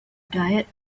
diet